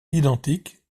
identiques